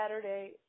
Saturday